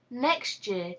next year,